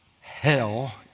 hell